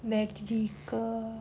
medical